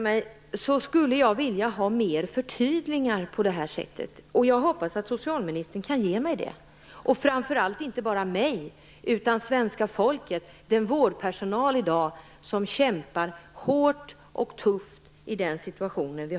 Jag skulle alltså vilja ha ytterligare förtydliganden. Jag hoppas att socialministern kan ge mig och framför allt svenska folket sådana. Vårdpersonalen kämpar i dag hårt och har det tufft.